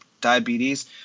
diabetes